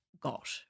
got